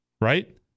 right